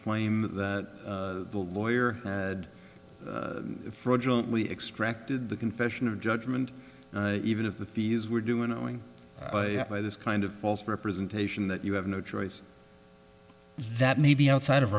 claim that the lawyer had fraudulently extracted the confession of judgment even if the fees were doing owing by this kind of false representation that you have no choice that may be outside of